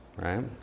right